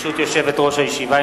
ברשות יושבת-ראש הישיבה,